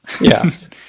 Yes